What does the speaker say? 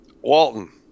Walton